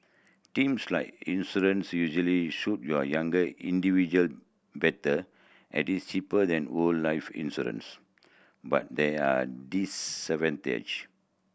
teams lie insurance usually suit you younger individual better at it is cheaper than whole life insurance but there are